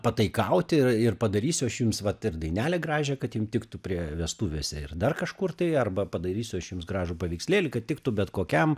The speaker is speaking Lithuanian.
pataikauti ir ir padarysiu aš jums vat ir dainelę gražią kad jum tiktų prie vestuvėse ir dar kažkur tai arba padarysiu aš jums gražų paveikslėlį kad tiktų bet kokiam